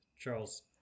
Charles